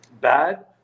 bad